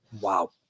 Wow